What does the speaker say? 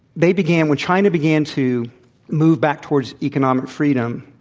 they began when china began to move back towards economic freedom,